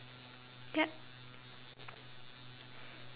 yup